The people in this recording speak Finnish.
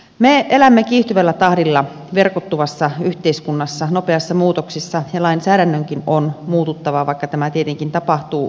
me elämme kiihtyvällä tahdilla verkottuvassa yhteiskunnassa nopeassa muutoksessa ja lainsäädännönkin on muututtava vaikka tämä tietenkin tapahtuu hitaammin